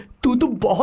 to dubai?